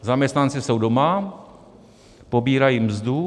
Zaměstnanci jsou doma, pobírají mzdu.